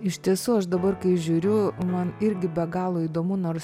iš tiesų aš dabar kai žiūriu man irgi be galo įdomu nors